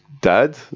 Dad